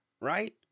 right